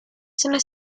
sono